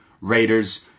Raiders